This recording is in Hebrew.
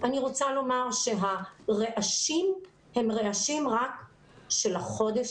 אני רוצה לומר שהרעשים הם רעשים רק של החודש